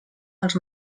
els